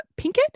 Pinkett